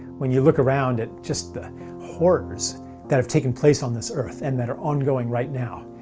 when you look around at just the horrors that have taken place on this earth and that are ongoing right now.